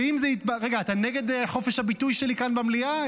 רגע, אתה נגד חופש הביטוי שלי כאן, במליאה?